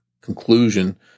conclusion